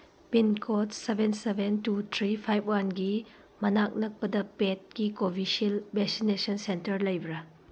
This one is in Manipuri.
pincode seven seven two three five ꯋꯥꯟꯒꯤ ꯃꯅꯥꯛ ꯅꯛꯄꯗ ꯄꯦꯠꯀꯤ ꯀꯣꯚꯤꯁꯤꯜ ꯚꯦꯁꯤꯟꯅꯦꯁꯟ ꯁꯦꯟꯇꯔ ꯂꯩꯕ꯭ꯔꯥ